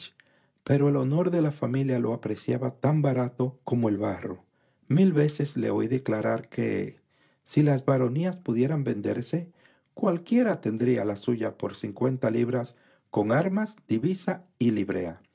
pero el honor de la familia lo apreciaba tan barato como el barro mil veces le oí declarar que si las baronías pudieran venderse cualquiera tendría la suya por cincuenta libras con armas divisa y librea